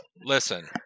Listen